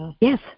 Yes